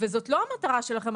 וזאת לא המטרה שלכם,